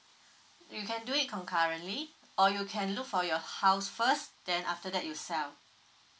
you can do it concurrently or you can look for your house first then after that you sell